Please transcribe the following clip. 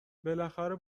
بالاخره